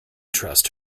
trust